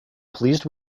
pleased